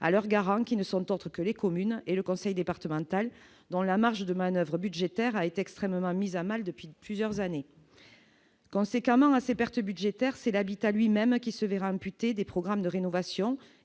alors garant qui ne sont autres que les communes et le conseil départemental dans la marge de manoeuvre budgétaire a été extrêmement mise à mal depuis plusieurs années, conséquemment à ses pertes budgétaires c'est d'habitat lui-même qui se verra amputé des programmes de rénovation